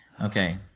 Okay